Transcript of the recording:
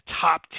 top